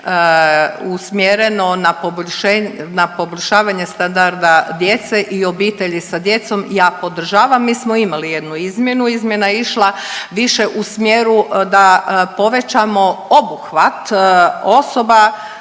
usmjereno na poboljšavanje standarda djece i obitelji sa djecom ja podržavam. Mi smo imali jednu izmjenu. Izmjena je išla više u smjeru da povećamo obuhvat osoba